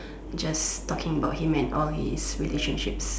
just talking about him and all his relationships